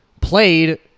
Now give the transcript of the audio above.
played